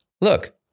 look